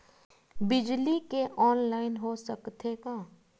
बिजली के ऑनलाइन हो सकथे का?